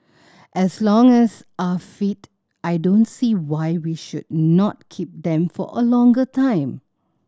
as long as are fit I don't see why we should not keep them for a longer time